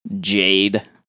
Jade